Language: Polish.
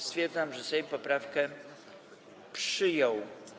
Stwierdzam, że Sejm poprawkę przyjął.